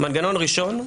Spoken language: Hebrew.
מנגנון ראשון,